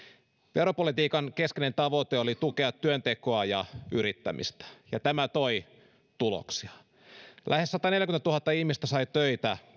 veropolitiikan keskeinen tavoite oli tukea työntekoa ja yrittämistä ja tämä toi tuloksia lähes sataneljäkymmentätuhatta ihmistä sai töitä